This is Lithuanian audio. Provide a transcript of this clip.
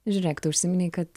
žiūrėk tu užsiminei kad